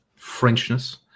Frenchness